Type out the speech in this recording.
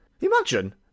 Imagine